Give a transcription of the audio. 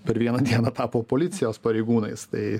per vieną dieną tapo policijos pareigūnais tai